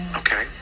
okay